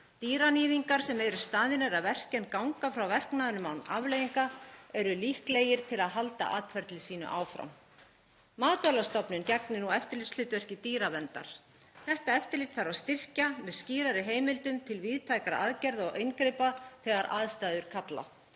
Dýraníðingar sem eru staðnir að verki en ganga frá verknaðinum án afleiðinga eru líklegir til að halda atferli sínu áfram. Matvælastofnun gegnir nú eftirlitshlutverki dýraverndar. Þetta eftirlit þarf að styrkja með skýrari heimildum til víðtækra aðgerða og inngripa þegar aðstæður kalla.